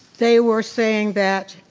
they were saying that